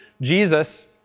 Jesus